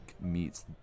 meets